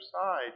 side